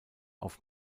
auf